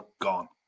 gone